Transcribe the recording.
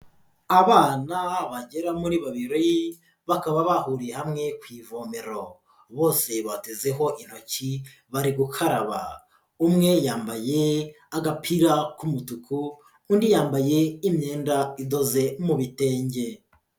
Abana bagera muri babiri bakaba bahuriye hamwe ku ivomero, bose batezeho intoki bari gukaraba, umwe yambaye agapira k'umutuku undi yambaye imyenda idoze mu bitenge.